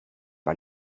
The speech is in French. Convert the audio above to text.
pas